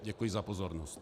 Děkuji za pozornost.